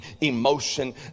emotion